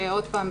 עוד פעם,